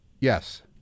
Yes